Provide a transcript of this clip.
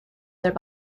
their